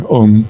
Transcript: om